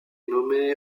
nommée